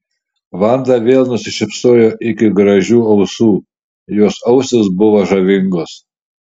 vanda vėl nusišypsojo iki gražių ausų jos ausys buvo žavingos